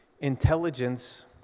intelligence